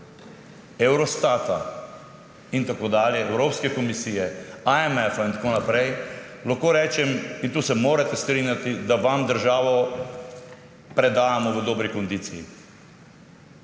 Eurostata, Evropske komisije, IMF in tako naprej – in tu se morate strinjati, da vam državo predajamo v dobri kondiciji.